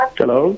hello